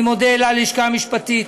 אני מודה ללשכה המשפטית,